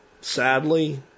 sadly